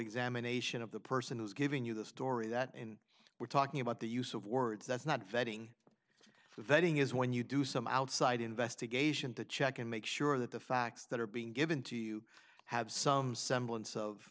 examination of the person who's giving you the story that we're talking about the use of words that's not vetting the vetting is when you do some outside investigation to check and make sure that the facts that are being given to you have some semblance of